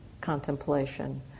contemplation